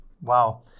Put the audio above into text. Wow